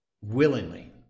willingly